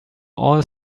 all